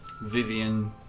Vivian